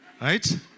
Right